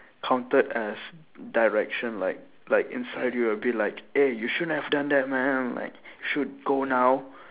counted as direction like like inside you're a bit like eh you shouldn't have done that man like should go now